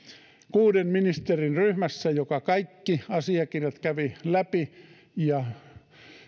kuuden ministerin ryhmässä joka kaikki asiakirjat kävi läpi ja